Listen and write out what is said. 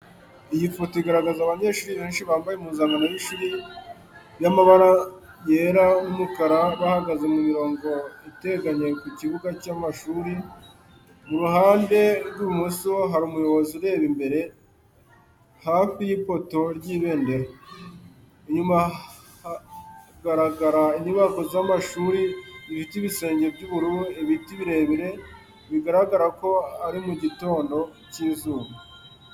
Iyi foto igaragaza abanyeshuri benshi bambaye impuzankano y’ishuri y’amabara yera n’umukara bahagaze mu mirongo iteganye ku kibuga cy’amashuri. Mu ruhande rw’ibumoso hari umuyobozi ureba imbere, hafi y’ipoto ry’ibendera. Inyuma hagaragara inyubako z’amashuri zifite ibisenge by’ubururu n’ibiti birebire, bigaragara ko ari mu gitondo cy’izuba.